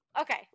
Okay